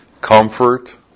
comfort